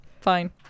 fine